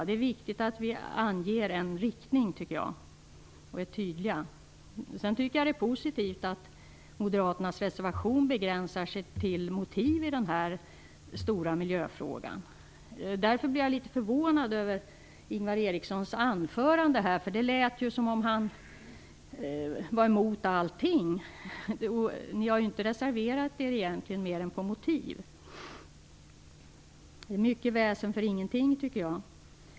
Det är viktigt att vi anger en riktning, tycker jag, och att vi är tydliga. Jag tycker att det är positivt att moderaternas reservation begränsar sig till motiv i den här stora miljöfrågan. Därför blir jag litet förvånad över Ingvar Erikssons anförande. Det lät som om han var emot allting. Ni har egentligen inte reserverat er mer än vad som gäller motiv. Mycket väsen för ingenting, tycker jag.